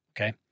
okay